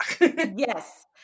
Yes